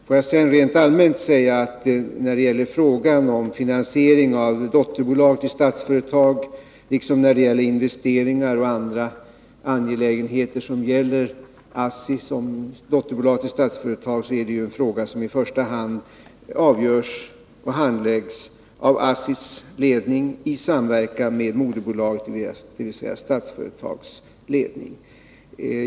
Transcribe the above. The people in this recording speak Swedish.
Får jag sedan rent allmänt också säga att frågan om finansiering av dotterbolag till Statsföretag liksom frågan om investeringar och andra angelägenheter som gäller ASSI i egenskap av dotterbolag till Statsföretag i första hand avgörs och handläggs av ASSI:s ledning i samverkan med moderbolaget, dvs. Statsföretags ledning.